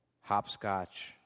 hopscotch